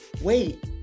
wait